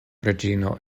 reĝino